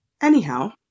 Anyhow